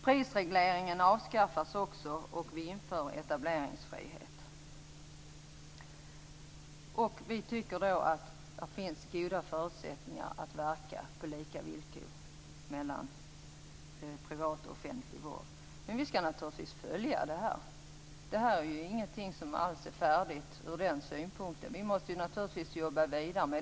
Prisregleringen avskaffas, och etableringsfrihet införs. Vi tycker att det finns goda förutsättningar för privat och offentlig vård att verka på lika villkor. Men vi skall naturligtvis följa detta. Det är ju ingenting som alls är färdigt från den synpunkten. Vi måste naturligtvis jobba vidare.